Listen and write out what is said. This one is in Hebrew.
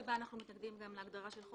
מאותה סיבה אנחנו מתנגדים גם להגדרה "חוק